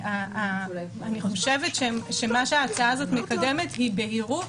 אני חושבת שמה שההצעה הזאת מקדמת זה בהירות